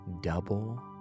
double